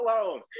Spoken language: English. alone